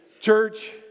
church